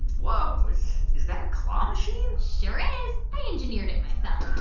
whoa. is is that a claw machine? sure is. i engineered it myself